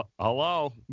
Hello